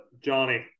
Johnny